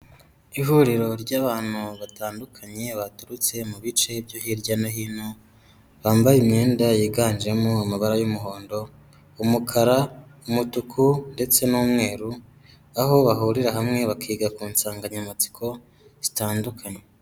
Ihuriro ry'abantu batandukanye baturutse mu bice byo hirya no hino bambaye imyenda yiganjemo amabara y'umuhondo, umukara, umutuku ndetse n'umweru; aho bahurira hamwe bakiga ku nsanganyamatsiko zitandukanye.